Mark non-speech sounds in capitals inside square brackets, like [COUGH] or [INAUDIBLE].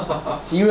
[LAUGHS]